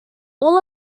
all